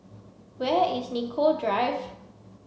where is Nicoll Drive